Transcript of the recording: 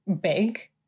big